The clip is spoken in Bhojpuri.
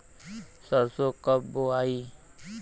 सरसो कब बोआई?